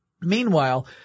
Meanwhile